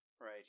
Right